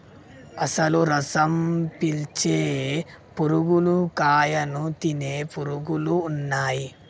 అసలు రసం పీల్చే పురుగులు కాయను తినే పురుగులు ఉన్నయ్యి